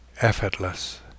effortless